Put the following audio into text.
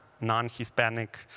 non-Hispanic